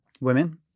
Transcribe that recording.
women